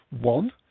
One